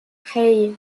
hei